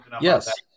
Yes